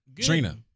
Trina